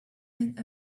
and